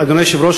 אדוני היושב-ראש,